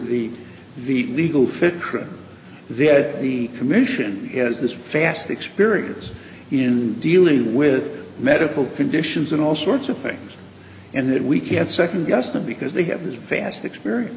under the legal fit there the commission has this fast experience in dealing with medical conditions and all sorts of things and that we can't second guess them because they have the vast experience